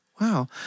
wow